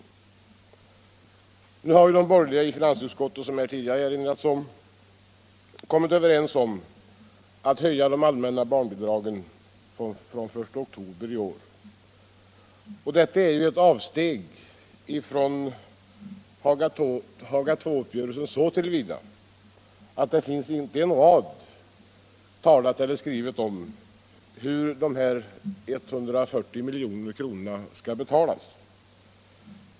Men nu har de borgerliga i finansutskottet kommit överens om att höja de allmänna barnbidragen från den 1 oktober i år. Detta är ett steg bort från Haga II-uppgörelsen så till vida att det inte finns en rad skrivet om hur dessa 140 milj.kr. skall betalas.